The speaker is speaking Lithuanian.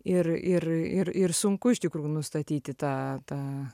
ir ir ir ir sunku iš tikrųjų nustatyti tą tą